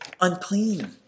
unclean